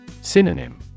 Synonym